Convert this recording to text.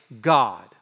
God